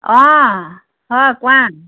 অ' হয় কোৱা